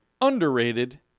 Underrated